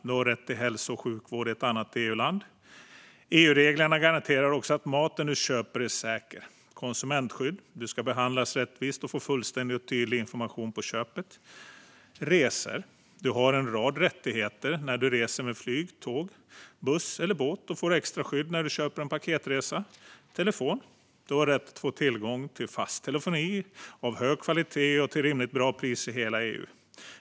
Du har rätt till hälso och sjukvård i ett annat EU-land. EU-reglerna garanterar också att maten du köper är säker. När det gäller konsumentskydd ska du behandlas rättvist och få fullständig och tydlig information före köpet. Du har en rad rättigheter när du reser med flyg, tåg, buss eller båt och får extra skydd om du köper en paketresa. Du har rätt att få tillgång till fast telefoni av hög kvalitet och till rimligt pris i hela EU.